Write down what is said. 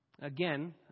Again